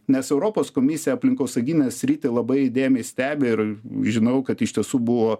nes europos komisija aplinkosauginę sritį labai įdėmiai stebi ir žinau kad iš tiesų buvo